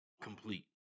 complete